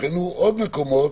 נבחנו עוד מקומות?